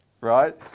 right